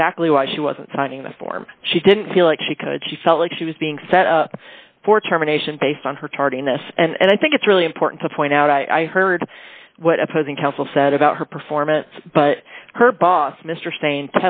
exactly why she wasn't signing the form she didn't feel like she could she felt like she was being set up for terminations based on her tardiness and i think it's really important to point out i heard what opposing counsel said about her performance but her boss mr saying